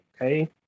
okay